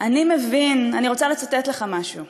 את לפעמים שוכחת